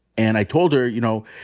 and i told her, you know,